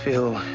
feel